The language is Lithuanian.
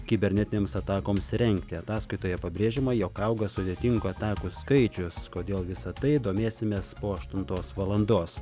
kibernetinėms atakoms rengti ataskaitoje pabrėžiama jog auga sudėtingų atakų skaičius kodėl visa tai domėsimės po aštuntos valandos